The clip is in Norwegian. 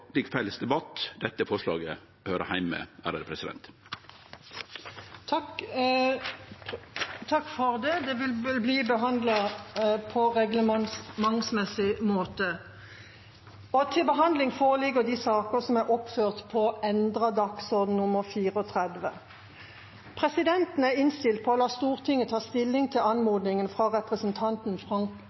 slik felles debatt dette forslaget høyrer heime. Forslaget vil bli behandlet på reglementsmessig måte. Presidenten er innstilt på å la Stortinget ta stilling til anmodningen fra representanten Frank